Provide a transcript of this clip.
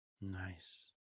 nice